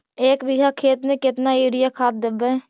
एक बिघा खेत में केतना युरिया खाद देवै?